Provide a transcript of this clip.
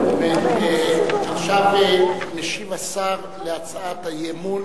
עכשיו משיב השר על הצעת האי-אמון